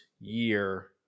year